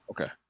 Okay